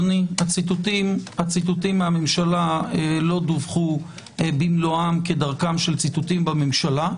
הציטוטים מהממשלה לא דווחו במלואם כדרכם של ציטוטים בממשלה,